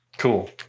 cool